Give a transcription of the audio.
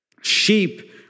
sheep